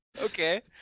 Okay